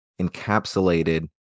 encapsulated